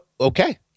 Okay